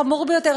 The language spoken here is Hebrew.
חמור ביותר,